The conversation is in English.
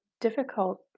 difficult